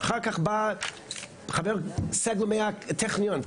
אחר כך בא חבר סגל מהטכניון,